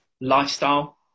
lifestyle